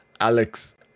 Alex